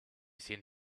seen